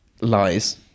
lies